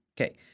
Okay